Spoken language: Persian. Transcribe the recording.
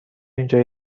اینجا